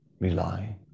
rely